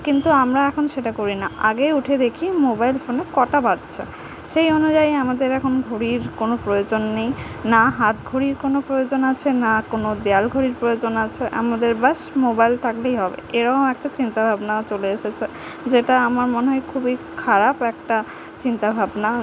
কিন্তু আমরা এখন সেটা করি না আগেই উঠে দেখি মোবাইল ফোনে কটা বাজছে সেই অনুযায়ী আমাদের এখন ঘড়ির কোনো প্রয়োজন নেই না হাত ঘড়ির কোনো প্রয়োজন আছে না কোনো দেওয়াল ঘড়ির প্রয়োজন আছে আমাদের ব্যস মোবাইল থাকলেই হবে এরকম একটা চিন্তা ভাবনা চলে এসেছে যেটা আমার মনে হয় খুবই খারাপ একটা চিন্তা ভাবনা